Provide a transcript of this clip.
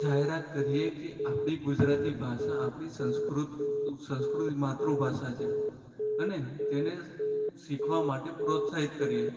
જાહેરાત કરીએ કે આપણી ગુજરાતી ભાષા આપણી સંસ્કૃત સંસ્કૃતિ માતૃભાષા છે અને તેને શીખવા માટે પ્રોત્સાહિત કરીએ